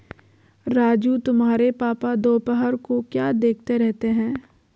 राजू तुम्हारे पापा दोपहर को क्या देखते रहते हैं?